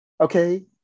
okay